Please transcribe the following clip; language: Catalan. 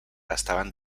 estaven